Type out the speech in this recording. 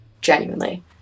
genuinely